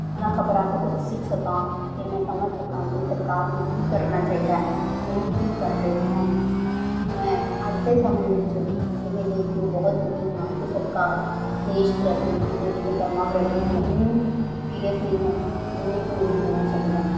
ਉਹਨਾਂ ਖ਼ਬਰਾਂ ਤੋਂ ਕੁਛ ਸਿੱਖ ਸਕਾਂ ਅਤੇ ਮੈਂ ਸਮਝ ਸਕਾਂ ਕਿ ਸਰਕਾਰ ਨੂੰ ਕੀ ਕਰਨਾ ਚਾਹੀਦਾ ਹੈ ਅਤੇ ਉਹ ਕੀ ਕਰ ਰਹੀ ਹੈ ਮੈਂ ਅੱਜ ਦੇ ਸਮੇਂ ਵਿੱਚ ਇਹ ਦੇਖ ਕੇ ਬਹੁਤ ਦੁਖੀ ਹਾਂ ਕਿ ਸਰਕਾਰ ਦੇਸ਼ ਪ੍ਰਤੀ ਅਤੇ ਦੇਸ਼ ਦੇ ਕੰਮਾਂ ਪ੍ਰਤੀ ਉੰਨੀਂ ਸੀਰੀਅਸ ਨਹੀਂ ਐ ਜਿੰਨੀ ਕਿ ਉਹਨੂੰ ਹੋਣਾ ਚਾਹੀਦਾ ਹੈ